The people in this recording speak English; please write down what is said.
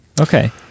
Okay